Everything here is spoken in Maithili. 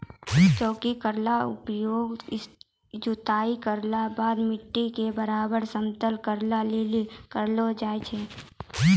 चौकी केरो उपयोग जोताई केरो बाद मिट्टी क बराबर समतल करै लेलि करलो जाय छै